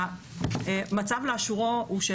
המצב לאשורו הוא,